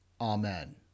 Amen